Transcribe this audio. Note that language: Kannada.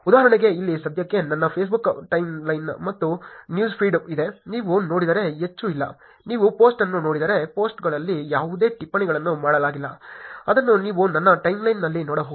ಉದಾಹರಣೆಗೆ ಇಲ್ಲಿ ಸದ್ಯಕ್ಕೆ ನನ್ನ ಫೇಸ್ಬುಕ್ ಟೈಮ್ಲೈನ್ ಮತ್ತು ನ್ಯೂಸ್ಫೀಡ್ ಇದೆ ನೀವು ನೋಡಿದರೆ ಹೆಚ್ಚು ಇಲ್ಲ ನೀವು ಪೋಸ್ಟ್ ಅನ್ನು ನೋಡಿದರೆ ಪೋಸ್ಟ್ಗಳಲ್ಲಿ ಯಾವುದೇ ಟಿಪ್ಪಣಿಗಳನ್ನು ಮಾಡಲಾಗಿಲ್ಲ ಅದನ್ನು ನೀವು ನನ್ನ ಟೈಮ್ಲೈನ್ನಲ್ಲಿ ನೋಡಬಹುದು